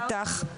איתך.